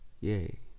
Yay